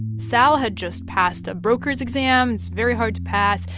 sal had just passed a broker's exam. it's very hard to pass.